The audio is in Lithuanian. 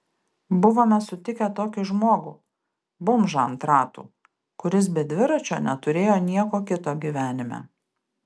buvome sutikę tokį žmogų bomžą ant ratų kuris be dviračio neturėjo nieko kito gyvenime